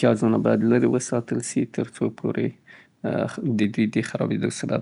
پلاستیکي کڅوړو نه باید ډډه وسي. پلاستیک ، ځکه څې هغوی رطوبت بندیي او کیدای سي او د خرابیدو لامل یې وګرځي. کچالو باید له پیازه لیرې وساتل سي او ذخیره سي